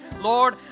Lord